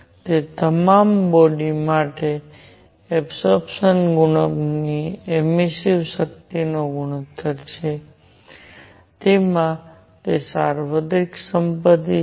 તે તમામ બોડી માટે એબસોરપ્સન ગુણક ની એમિસ્સીવ શક્તિનો ગુણોત્તર છે તેમાં તે સાર્વત્રિક સંપત્તિ છે